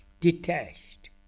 detached